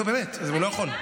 לא, באמת, הוא לא יכול.